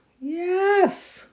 Yes